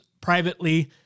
privately